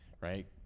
right